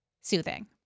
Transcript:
soothing